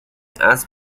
اسب